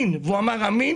אנחנו פי ארבעה או פי חמישה.